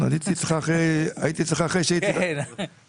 אני רוצה להתייחס לכמה דברים הנוגעים לעניין.